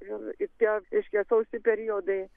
ir ir tie reiškia sausi periodai